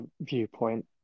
viewpoint